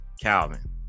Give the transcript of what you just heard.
Calvin